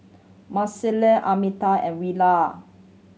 Marcellus Almeta and Willia